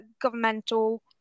governmental